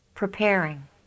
Preparing